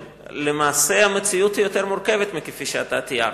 למעשה המציאות יותר מורכבת מכפי שאתה תיארת.